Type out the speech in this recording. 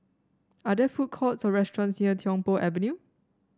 are there food courts or restaurants near Tiong Poh Avenue